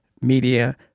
Media